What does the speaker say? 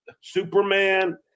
Superman